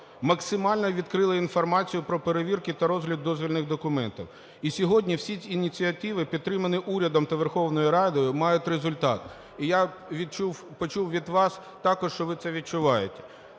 максимально відкрили інформацію про перевірки та розгляд дозвільних документів. І сьогодні всі ініціативи, підтримані урядом та Верховною Радою, мають результат, і я почув від вас також, що ви це відчуваєте.